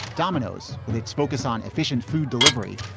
dominoes, with its focus on efficient food delivery,